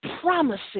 promises